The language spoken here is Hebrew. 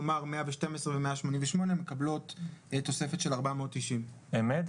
כלומר 112 ו-188 מקבלות תוספת של 490. אמת,